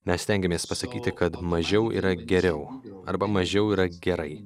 mes stengiamės pasakyti kad mažiau yra geriau arba mažiau yra gerai